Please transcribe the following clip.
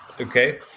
Okay